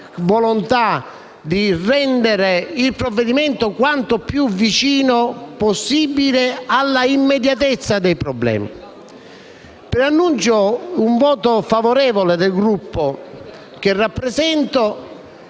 di rendere il provvedimento quanto più vicino possibile all'immediatezza dei problemi. Preannuncio il voto favorevole del Gruppo che rappresento